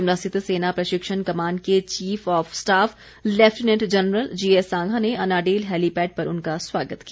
शिमला रिथत सेना प्रशिक्षण कंमाड के chief of staff lieutenant general GS Sangha ने अनाडेल हैलीपेड पर उनका स्वागत किया